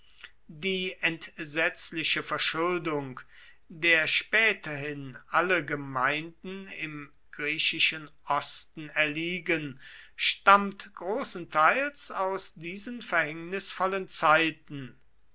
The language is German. die entsetzliche verschuldung der späterhin alle gemeinden im griechischen osten erliegen stammt großenteils aus diesen verhängnisvollen zeiten